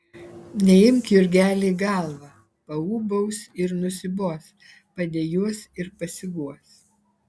neimk jurgeli į galvą paūbaus ir nusibos padejuos ir pasiguos